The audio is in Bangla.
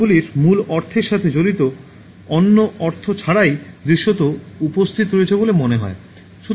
নামগুলির মূল অর্থের সাথে জড়িত কোনও অর্থ ছাড়াই দৃশ্যত উপস্থিত রয়েছে বলে মনে হয়